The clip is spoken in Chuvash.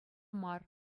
мар